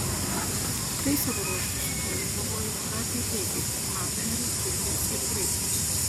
tai savo ruožtu sukėlė pavojų trapiai taikai tarp nato narių turkijos ir graikijos